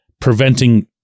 preventing